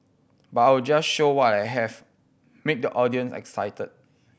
but I'll just show what I have make the audience excited